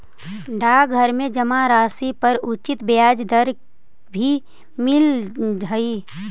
डाकघर में जमा राशि पर उचित ब्याज दर भी मिलऽ हइ